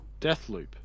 Deathloop